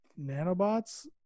Nanobots